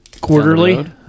quarterly